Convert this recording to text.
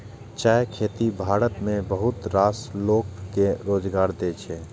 चायक खेती भारत मे बहुत रास लोक कें रोजगार दै छै